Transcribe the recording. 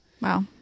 Wow